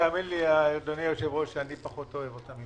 תאמין לי, אדוני היושב-ראש, שאני פחות אוהב אותן.